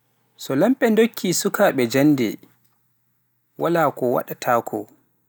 so lamɓe ndokki sukaabe jannde walaa ko waɗta ko.